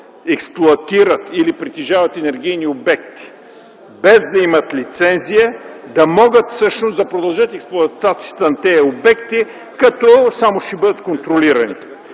експлоатират или притежават енергийни обекти, без да имат лицензия, да могат всъщност да продължат експлоатацията на тези обекти като само ще бъдат контролирани.